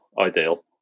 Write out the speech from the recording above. ideal